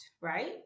right